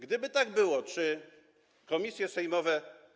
Gdyby tak było, czy komisje sejmowe.